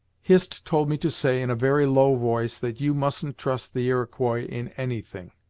hist told me to say, in a very low voice, that you mustn't trust the iroquois in anything.